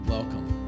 Welcome